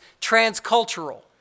transcultural